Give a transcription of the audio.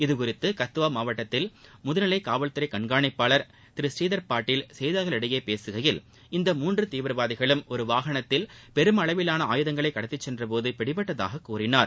இதுகுறித்து கத்துவா மாவட்டத்தில் முதுநிலை காவல்துறை கண்காணிப்பாளர் திரு ஸ்ரீதர் பாட்டீல் செய்தியாளர்களிடம் பேசுகையில் இந்த மூன்று தீவிரவாதிகள் ஒரு வாகனத்தில் பெருமளவிவான ஆயுதங்களை கடத்தி சென்றபோது பிடிபட்டதாக கூறினார்